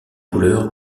couleurs